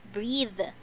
Breathe